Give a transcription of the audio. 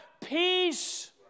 peace